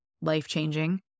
life-changing